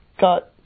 got